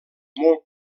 molt